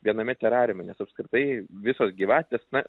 viename terariume nes apskritai visos gyvatės na